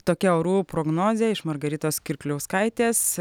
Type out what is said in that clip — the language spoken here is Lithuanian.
tokia orų prognozė iš margaritos kirkliauskaitės